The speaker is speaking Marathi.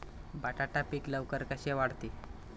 बटाटा पीक लवकर कसे वाढते?